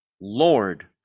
Lord